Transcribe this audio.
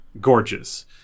gorgeous